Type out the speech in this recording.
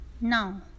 Now